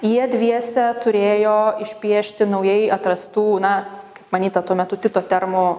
jie dviese turėjo išpiešti naujai atrastų na kaip manyta tuo metu tito termo